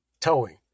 towing